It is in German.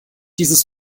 dieses